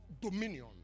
dominion